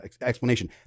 explanation